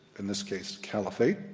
in this case, caliphate,